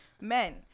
men